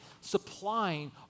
supplying